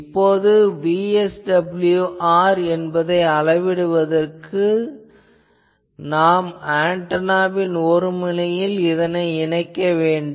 இப்போது VSWR என்பதனை அளவிடுவதற்கு இதனை நாம் ஆன்டெனாவில் முனையில் இணைத்து அளவிட வேண்டும்